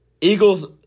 Eagles